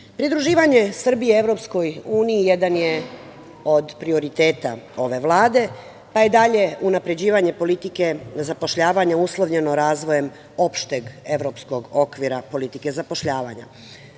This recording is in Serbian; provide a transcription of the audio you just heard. zaposlenosti. Pridruživanje Srbije EU jedan je od prioriteta ove Vlade, pa je dalje unapređivanje politike zapošljavanja uslovljeno razvojem opšteg evropskog okvira politike zapošljavanja.